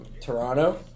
Toronto